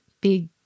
big